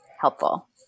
helpful